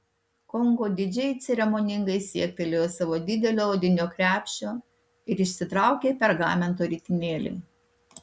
kongo didžiai ceremoningai siektelėjo savo didelio odinio krepšio ir išsitraukė pergamento ritinėlį